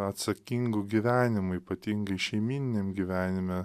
atsakingu gyvenimu ypatingai šeimyniniam gyvenime